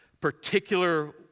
particular